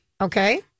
Okay